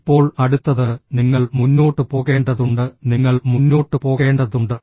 ഇപ്പോൾ അടുത്തത് നിങ്ങൾ മുന്നോട്ട് പോകേണ്ടതുണ്ട് നിങ്ങൾ മുന്നോട്ട് പോകേണ്ടതുണ്ട്